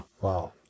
Wow